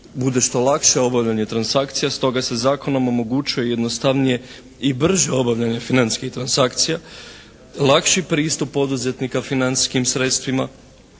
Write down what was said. bude što lakše obavljanje transakcija. Stoga se zakonom omogućuje jednostavnije i brže obavljanje financijskih transakcija, lakši pristup poduzetnika financijskim sredstvima